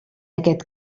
aquest